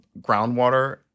groundwater